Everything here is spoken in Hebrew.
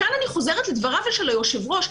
כאן אני חוזרת לדברי היושב ראש.